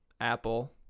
Apple